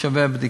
שווה בדיקה,